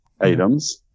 items